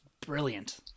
Brilliant